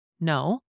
No